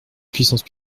puissance